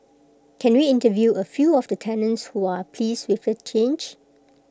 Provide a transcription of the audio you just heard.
can we interview A few of the tenants who are pleased with the change